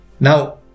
Now